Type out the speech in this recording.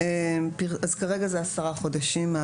אז כרגע זה עשרה חודשים,